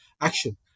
action